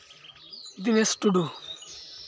Dinesh Tudu